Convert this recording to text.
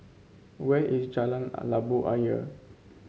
where is Jalan Labu Ayer